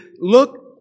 look